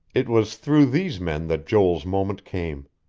it was through these men that joel's moment came.